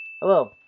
Hello